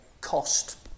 cost